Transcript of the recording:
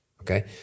Okay